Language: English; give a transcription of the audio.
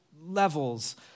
levels